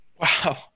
Wow